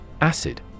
Acid